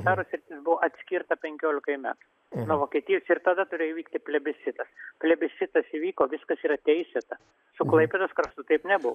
saros sritis buvo atskirta penkiolikai metų nuo vokietijos ir tada turėjo įvyktiplebiscitas plebiscitas įvyko viskas yra teisėta su klaipėdos kraštu taip nebuvo